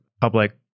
Public